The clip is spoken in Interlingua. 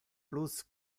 plus